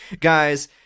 guys